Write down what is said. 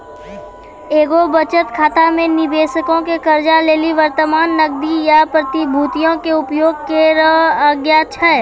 एगो बचत खाता मे निबेशको के कर्जा लेली वर्तमान नगदी या प्रतिभूतियो के उपयोग करै के आज्ञा छै